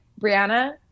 Brianna